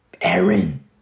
Aaron